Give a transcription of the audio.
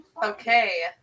Okay